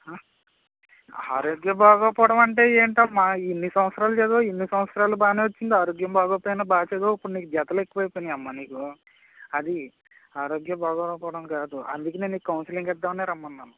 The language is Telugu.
ఆరోగ్యం బాగోపోవడం అంటే ఏంటమ్మా ఇన్ని సంవత్సరాలు చదివావు ఇన్ని సంవత్సరాలు బాగానే వచ్చింది ఆరోగ్యం బాగుండక పోయినా బాగా చదివావు ఇప్పుడు నీకు జతలు ఎక్కువ అయిపోయినాయి అమ్మా నీకు అది ఆరోగ్యం బాగుండకపోవడం కాదు అందుకనే నీకు కౌన్సిలింగ్ ఇద్దామనే రమ్మన్నాము